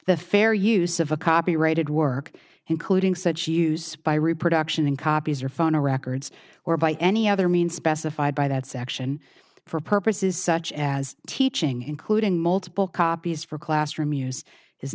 the fair use of a copyrighted work including said she use by reproduction in copies or phone records or by any other means specified by that section for purposes such as teaching including multiple copies for classroom use is